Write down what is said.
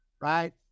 right